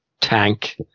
tank